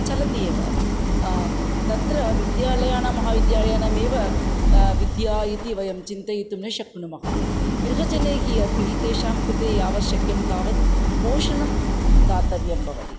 चलति एव तत्र विद्यालयानां महाविद्यालयानामेव विद्या इति वयं चिन्तयितुं न शक्नुमः गृहजनैः अपि तेषां कृते यावत् शक्यं तावत् पोषणं दातव्यं भवति